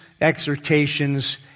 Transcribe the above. exhortations